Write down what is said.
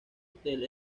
hotel